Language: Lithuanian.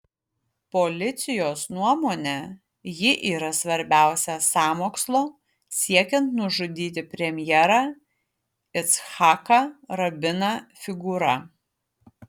policijos nuomone ji yra svarbiausia sąmokslo siekiant nužudyti premjerą icchaką rabiną figūra